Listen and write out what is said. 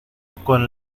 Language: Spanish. con